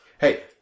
hey